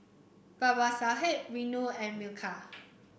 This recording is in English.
Babasaheb Renu and Milkha